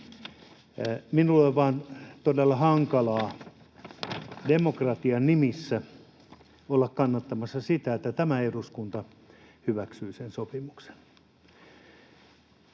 Minulle on vaan todella hankalaa demokratian nimissä olla kannattamassa sitä, että tämä eduskunta hyväksyy sopimuksen.